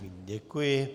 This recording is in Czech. Děkuji.